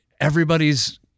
Everybody's